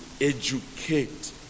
educate